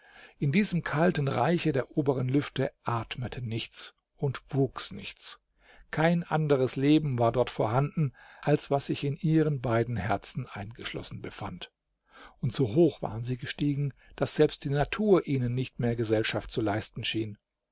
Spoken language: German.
in diesem kalten reiche der oberen lüfte atmete nichts und wuchs nichts kein anderes leben war dort vorhanden als was sich in ihren beiden herzen eingeschlossen befand und so hoch waren sie gestiegen daß selbst die natur ihnen nicht mehr gesellschaft zu leisten schien